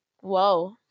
Whoa